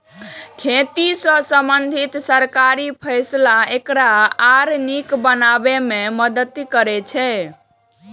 खेती सं संबंधित सरकारी फैसला एकरा आर नीक बनाबै मे मदति करै छै